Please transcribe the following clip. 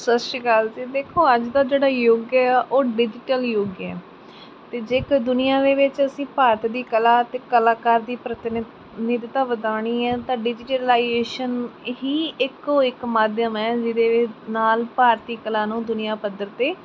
ਸਤਿ ਸ਼੍ਰੀ ਅਕਾਲ ਜੀ ਦੇਖੋ ਅੱਜ ਦਾ ਜਿਹੜਾ ਯੁੱਗ ਹੈ ਉਹ ਡਿਜੀਟਲ ਯੁੱਗ ਹੈ ਅਤੇ ਜੇਕਰ ਦੁਨੀਆਂ ਦੇ ਵਿੱਚ ਅਸੀਂ ਭਾਰਤ ਦੀ ਕਲਾ ਅਤੇ ਕਲਾਕਾਰ ਦੀ ਪ੍ਰਤੀਨਿਧ ਨਿਧਤਾ ਵਧਾਉਣੀ ਹੈ ਤਾਂ ਡਿਜੀਟਲਲਾਈਜੇਸ਼ਨ ਹੀ ਇੱਕੋ ਇੱਕ ਮਾਧਿਅਮ ਹੈ ਜਿਹਦੇ ਨਾਲ ਭਾਰਤੀ ਕਲਾ ਨੂੰ ਦੁਨੀਆਂ ਪੱਧਰ 'ਤੇ